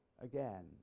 again